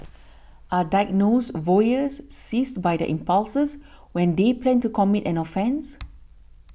are diagnosed voyeurs seized by their impulses when they plan to commit an offence